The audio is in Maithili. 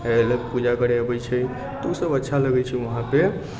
अएलक पूजा करै अबै छै तऽ ओसब अच्छा लगै छै वहांँपर